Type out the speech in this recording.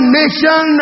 nation